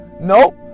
Nope